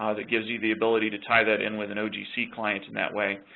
ah that gives you the ability to tie that in with an ogc client in that way.